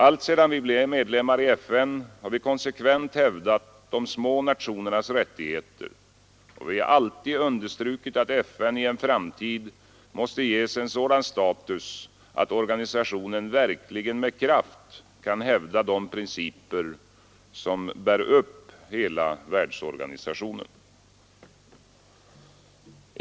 Alltsedan vi blev medlemmar i FN har vi konsekvent hävdat de små nationernas rättigheter, och vi har alltid understrukit att FN i en framtid måste ges en sådan status, att organisationen verkligen med kraft kan hävda de principer som bär upp hela organisationen.